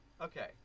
Okay